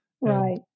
Right